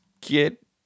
get